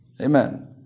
Amen